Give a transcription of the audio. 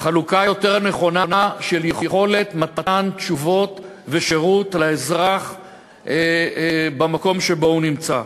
חלוקה יותר נכונה של יכולת מתן תשובות ושירות לאזרח במקום שבו הוא נמצא.